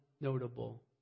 notable